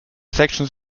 sections